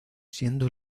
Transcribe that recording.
siendo